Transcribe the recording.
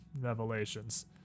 revelations